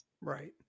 Right